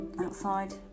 outside